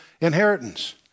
inheritance